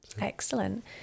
excellent